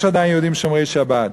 יש עדיין יהודים שומרי שבת,